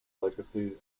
legacy